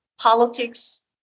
politics